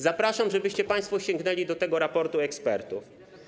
Zapraszam, żebyście państwo sięgnęli do tego raportu ekspertów.